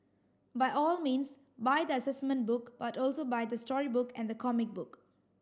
by all means buy the assessment book but also buy the storybook and the comic book